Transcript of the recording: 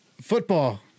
Football